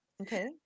Okay